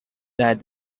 that